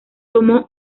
tomó